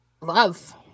love